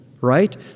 right